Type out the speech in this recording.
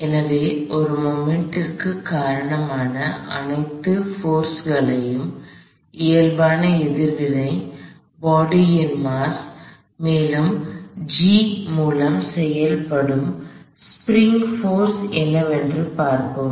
எனவே ஒரு மொமெண்ட் கு காரணமான அனைத்து போர்ஸ்களையும் இயல்பான எதிர்வினை பாடி ன் மாஸ் மேலும் G மூலம் செயல்படும் ஸ்ப்ரிங் போர்ஸ் என்னவென்று பார்ப்போம்